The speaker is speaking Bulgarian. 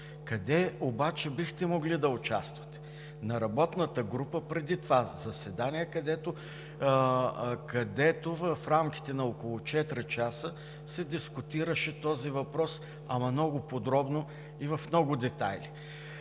Къде обаче бихте могли да участвате? На работната група преди това заседание, където в рамките на около четири часа се дискутираше този въпрос много подробно и в много детайли.